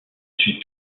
suis